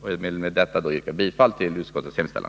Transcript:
Jag vill med detta yrka bifall till utskottets hemställan.